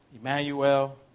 Emmanuel